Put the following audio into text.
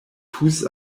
tous